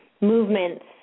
movements